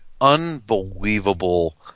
unbelievable